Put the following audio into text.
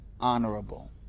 honorable